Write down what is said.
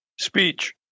speech